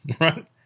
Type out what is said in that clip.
right